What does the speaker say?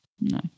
no